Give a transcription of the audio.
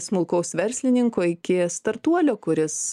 smulkaus verslininko iki startuolio kuris